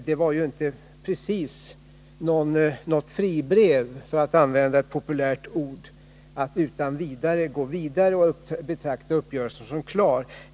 Det var inte precis något fribrev, för att använda ett populärt ord, att bara gå vidare och betrakta uppgörelsen som klar.